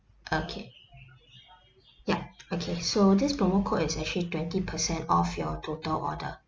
okay yup okay so this promo code is actually twenty percent off your total order